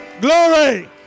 glory